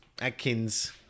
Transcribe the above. Adkins